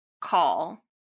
call